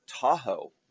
Tahoe